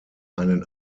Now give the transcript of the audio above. einen